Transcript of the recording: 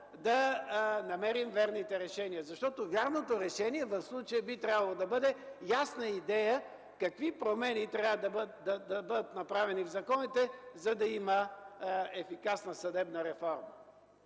да намерим верните решения. Защото вярното решение в случая би трябвало да бъде ясна идея какви промени трябва да бъдат направени в законите, за да има ефикасна съдебна реформа.